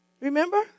Remember